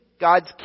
God's